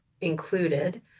included